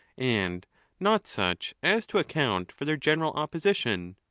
and not such as to account for their general opposition.